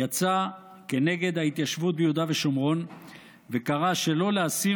היא יצאה נגד ההתיישבות ביהודה ושומרון וקראה שלא להסיר